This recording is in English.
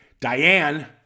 Diane